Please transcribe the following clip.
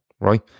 right